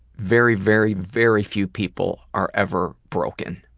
very, very, very few people are ever broken.